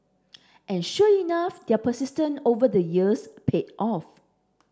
and sure enough their persistence over the years paid off